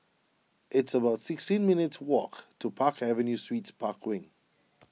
it's about sixteen minutes' walk to Park Avenue Suites Park Wing